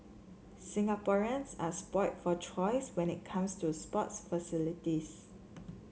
Singaporeans are spoilt for choice when it comes to sports facilities